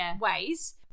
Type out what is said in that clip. ways